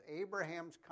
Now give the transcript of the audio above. Abraham's